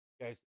Guys